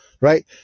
right